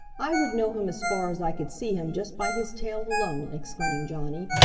i would know him as far as i could see him just by his tail alone, exclaimed johnny.